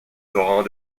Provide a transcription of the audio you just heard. torrents